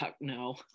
No